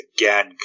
again